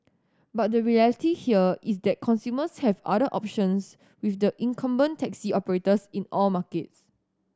but the reality here is that consumers have other options with the incumbent taxi operators in all markets